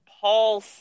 Paul